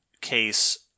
case